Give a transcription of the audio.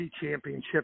championship